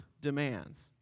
demands